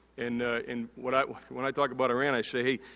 and and when i when i talk about iran, i say, hey,